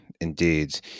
indeed